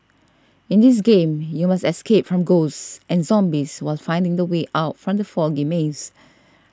in this game you must escape from ghosts and zombies while finding the way out from the foggy maze